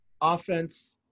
offense